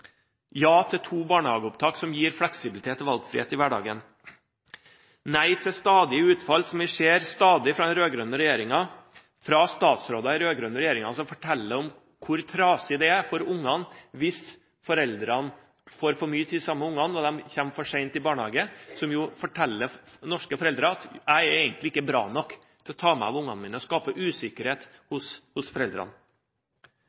ja til to barnehageopptak, som gir fleksibilitet og valgfrihet i hverdagen. Nei til stadige utfall fra statsråder i den rød-grønne regjeringen om hvor trasig det er for ungene hvis foreldrene får for mye tid sammen med dem, og hvis de begynner for sent i barnehage – noe som forteller norske foreldre at de egentlig ikke er bra nok til å ta seg av ungene sine. Det skaper usikkerhet